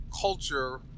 culture